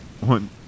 One